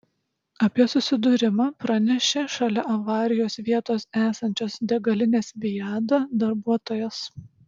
apie susidūrimą pranešė šalia avarijos vietos esančios degalinės viada darbuotojas